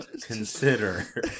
Consider